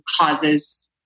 causes